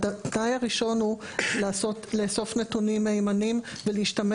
והתנאי הראשון הוא לאסוף נתונים מהימנים ולהשתמש